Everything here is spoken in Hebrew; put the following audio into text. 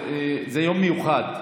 זה יום מיוחד.